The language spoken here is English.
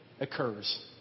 occurs